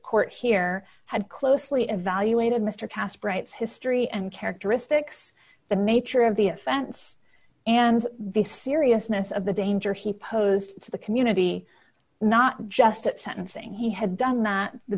court here had closely evaluated mister kast brights history and characteristics the nature of the offense and the seriousness of the danger he posed to the community not just at sentencing he had done that the